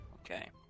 Okay